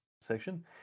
section